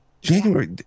January